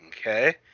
Okay